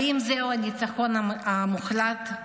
האם זהו הניצחון המוחלט?